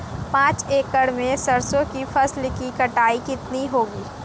पांच एकड़ में सरसों की फसल की कटाई कितनी होगी?